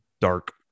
dark